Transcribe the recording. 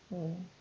mm